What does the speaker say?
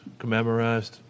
commemorized